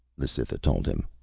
the cytha told him.